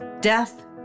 death